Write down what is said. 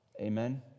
Amen